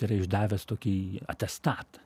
yra išdavęs tokį atestatą